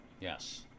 Yes